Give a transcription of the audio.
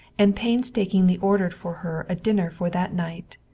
and painstakingly ordered for her a dinner for that night,